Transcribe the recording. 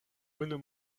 unu